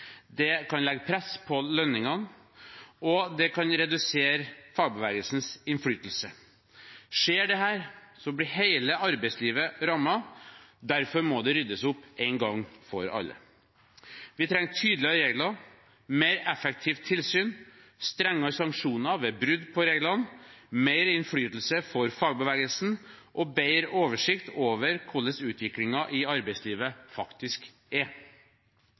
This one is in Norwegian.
det kan legge press på lønningene, og det kan redusere fagbevegelsens innflytelse. Skjer dette, blir hele arbeidslivet rammet. Derfor må det ryddes opp en gang for alle. Vi trenger tydeligere regler, mer effektivt tilsyn, strengere sanksjoner ved brudd på reglene, mer innflytelse for fagbevegelsen og bedre oversikt over hvordan utviklingen i arbeidslivet faktisk er.